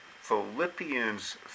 Philippians